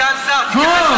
אתה סגן שר, חוק?